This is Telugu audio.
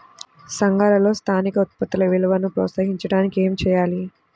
సంఘాలలో స్థానిక ఉత్పత్తుల విలువను ప్రోత్సహించడానికి ఏమి చేయాలి?